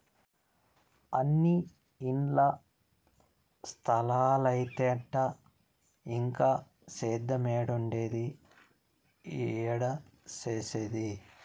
అన్నీ ఇల్ల స్తలాలైతంటే ఇంక సేద్యేమేడుండేది, ఏడ సేసేది